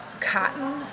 cotton